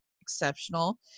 exceptional